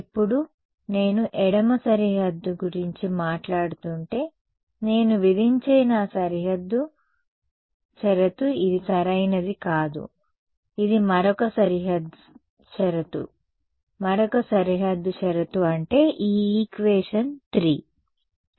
ఇప్పుడు నేను ఎడమ సరిహద్దు గురించి మాట్లాడుతుంటే నేను విధించే నా సరిహద్దు షరతు ఇది సరైనది కాదు ఇది మరొక సరిహద్దు కండీషన్ మరొక సరిహద్దు పరిస్థితి అంటే ఈ ఈక్వేషన్ 3